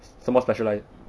什么 specialise